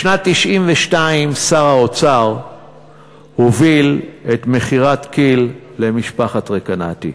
בשנת 1992 שר האוצר הוביל את מכירת כי"ל למשפחת רקנאטי.